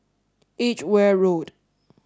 Edgware Road